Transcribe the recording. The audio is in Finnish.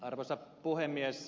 arvoisa puhemies